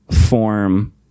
form